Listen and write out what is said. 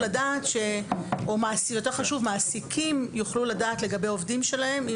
לדעת או יותר חשוב שמעסיקים יוכלו לדעת לגבי עובדים שלהם,